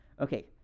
Okay